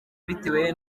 bitewe